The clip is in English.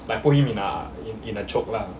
I put him in ah in a choke lah